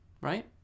right